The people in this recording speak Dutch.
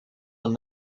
een